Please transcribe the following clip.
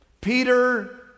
Peter